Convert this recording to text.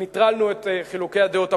אנחנו נטרלנו את חילוקי הדעות הפוליטיים.